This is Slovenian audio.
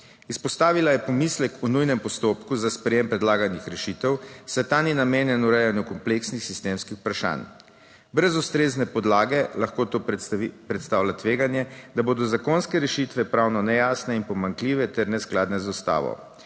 Izpostavila je pomislek o nujnem postopku za sprejem predlaganih rešitev, saj ta ni namenjen urejanju kompleksnih sistemskih vprašanj. Brez ustrezne podlage lahko to predstavlja tveganje, da bodo zakonske rešitve pravno nejasne in pomanjkljive ter neskladne z Ustavo.